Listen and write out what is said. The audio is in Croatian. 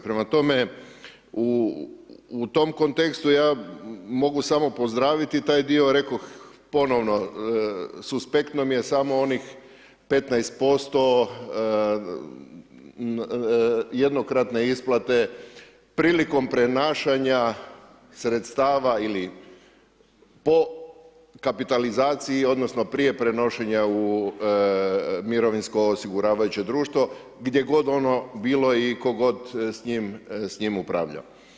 Prema tome, u tom kontekstu ja mogu samo pozdraviti taj dio, rekoh ponovno, suspektno mi je samo onih 15% jednokratne isplate prilikom prenašanja sredstava ili po kapitalizaciji, odnosno prije prenošenja u mirovinsko osiguravajuće društvo, gdje god ono bilo i tko god s njim upravljao.